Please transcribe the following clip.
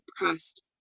depressed